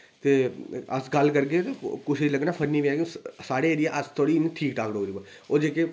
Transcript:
ते अस गल्ल करगे ते कुसै लग्गना फन्नी साढ़े एरियै अस थोह्ड़ी इ'यां ठीक ठाक डोगरी बोलने ओह् जेह्के